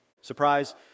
surprise